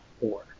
four